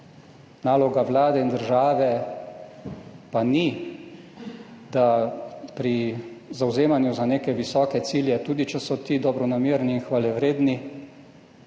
Naloga Vlade in države pa ni, da pri zavzemanju za neke visoke cilje, tudi če so ti dobronamerni in hvalevredni,